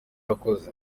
yakoze